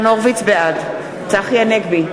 בעד צחי הנגבי,